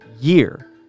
year